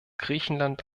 griechenland